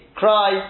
cry